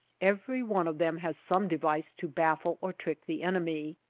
every one of them has some device to baffle or trick the enemy.